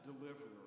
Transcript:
deliverer